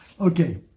Okay